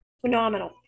phenomenal